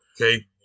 Okay